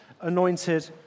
anointed